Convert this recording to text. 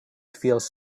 feels